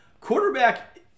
Quarterback